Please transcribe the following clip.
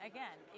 Again